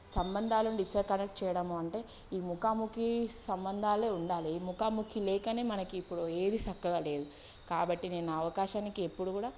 సంబంధాలను డిస్కనెక్ట్ చేయడము అంటే ఈ ముఖాముఖి సంబంధాలే ఉండాలి ఈ ముఖాముఖి లేకనే మనకి ఇప్పుడు ఏది చక్కగా లేదు కాబట్టి నేను అవకాశానికి ఎప్పుడు కూడా